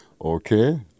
Okay